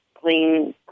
clean